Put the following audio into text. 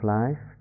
life